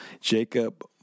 Jacob